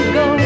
go